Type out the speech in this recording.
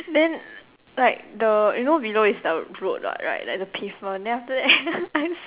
then like the you know below is the road what right like the pavement then after that I